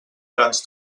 grans